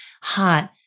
hot